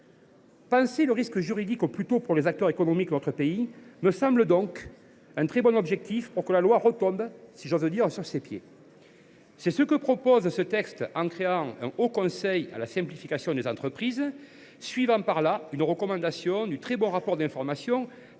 Penser le risque juridique au plus tôt pour les acteurs économiques de notre pays me semble donc un très bon objectif, pour que la loi retombe, si j’ose dire, sur ses pieds. C’est ce que prévoit ce texte créant un haut conseil à la simplification pour les entreprises, suivant par là une recommandation de l’excellent rapport d’information